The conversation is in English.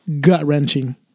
gut-wrenching